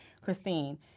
Christine